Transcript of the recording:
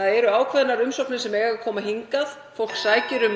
Það eru ákveðnar umsóknir sem eiga að koma hingað, (Forseti